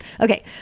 Okay